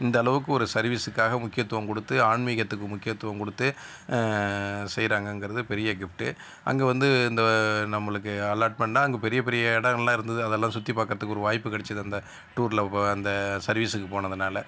இந்தளவுக்கு ஒரு சர்வீஸுக்காக முக்கியத்துவம் கொடுத்து ஆன்மீகத்துக்கு முக்கியத்துவம் கொடுத்து செய்கிறாங்கங்கறது பெரிய கிஃப்ட்டு அங்கே வந்து இந்த நம்மளுக்கு அலாட் பண்ணால் அங்கே பெரிய பெரிய இடமெல்லாம் இருந்தது அதெல்லாம் சுற்றிப் பார்க்கறதுக்கு ஒரு வாய்ப்பு கிடச்சது அந்த டூர்ல அந்த சர்வீஸுக்கு போனதனால